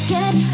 Get